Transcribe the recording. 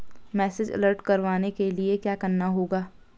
Message alert करवाने के लिए क्या करना होगा?